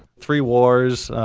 three wars,